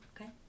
okay